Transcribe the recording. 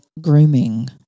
grooming